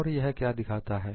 और यह क्या दिखाता है